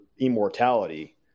immortality